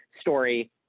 story